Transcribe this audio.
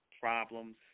problems